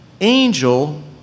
angel